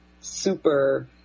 super